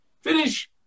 Finish